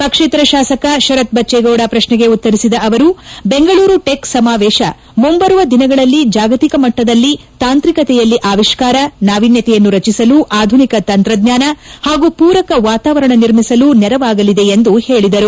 ಪಕ್ಷೇತರ ಶಾಸಕ ಶರತ್ಬಜ್ಞೇಗೌಡ ಪ್ರಶ್ನೆಗೆ ಉತ್ತರಿಸಿದ ಅವರು ಬೆಂಗಳೂರು ಟೆಕ್ ಸಮಾವೇಶ ಮುಂಬರುವ ದಿನಗಳಲ್ಲಿ ಜಾಗತಿಕ ಮಟ್ಟದಲ್ಲಿ ತಾಂತ್ರಿಕತೆಯಲ್ಲಿ ಆವಿಷ್ಕಾರ ನಾವಿನ್ಯತೆಯನ್ನು ರಚಿಸಲು ಆಧುನಿಕ ತಂತ್ರಜ್ಜಾನ ಹಾಗೂ ಪೂರಕ ವಾತಾವರಣ ನಿರ್ಮಿಸಲು ನೆರವಾಗಲಿದೆ ಎಂದು ಹೇಳಿದರು